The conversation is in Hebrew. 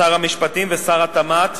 שר המשפטים ושר התמ"ת,